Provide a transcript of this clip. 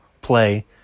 play